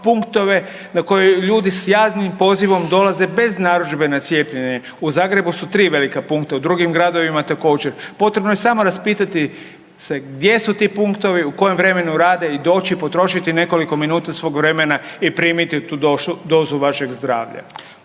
na koje ljude s … pozivom dolaze bez narudžbe na cijepljenje. U Zagrebu su tri velika punkta u drugim gradovima također, potrebno je samo raspitati se gdje su ti punktovi, u kojem vremenu rade i doći i potrošiti nekoliko minuta svog vremena i primiti tu dozu vašeg zdravlja.